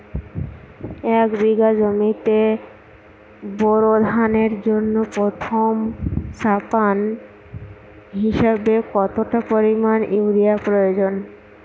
এক বিঘা জমিতে বোরো ধানের জন্য প্রথম চাপান হিসাবে কতটা পরিমাণ ইউরিয়া প্রয়োজন?